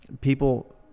people